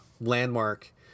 landmark